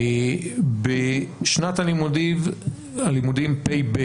בשנת הלימודים פ"ב,